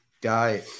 guy